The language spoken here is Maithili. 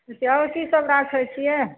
कहै छी आओर कीसभ राखै छियै